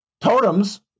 totems